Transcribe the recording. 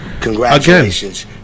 congratulations